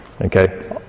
Okay